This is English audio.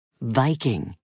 Viking